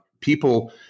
people